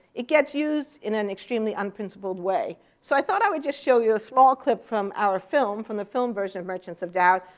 it gets used in an extremely unprincipled way. so i thought i would just show you a small clip from our film, from the film version of merchants of doubt,